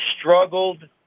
struggled